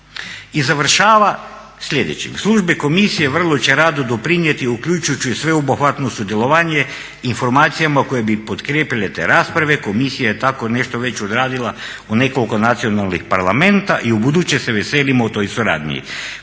I završava sljedećim: "Službe komisije vrlo će rado doprinijeti uključujući i sveobuhvatno sudjelovanje u informacijama koje bi potkrijepile te rasprave. Komisija je tako nešto već odradila u nekoliko nacionalnih parlamenata i ubuduće se veselimo toj suradnji.